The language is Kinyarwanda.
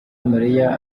mariya